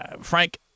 Frank